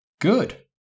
Good